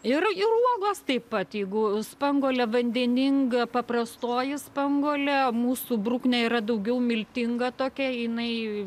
ir ir uogos taip pat jeigu spanguolė vandeninga paprastoji spanguolė mūsų bruknė yra daugiau miltinga tokia jinai